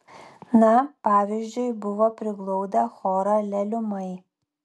na pavyzdžiui buvo priglaudę chorą leliumai